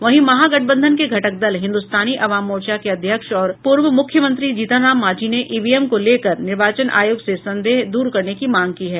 वहीं महागठबंधन के घटक दल हिन्दुस्तानी अवाम मोर्चा के अध्यक्ष और पूर्व मुख्यमंत्री जीतन राम मांझी ने ईवीएम को लेकर निर्वाचन आयोग से संदेह दूर करने की मांग की है